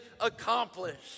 accomplished